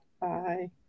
Bye